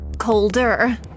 colder